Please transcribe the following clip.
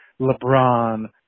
LeBron